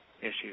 issues